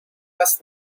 must